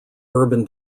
urban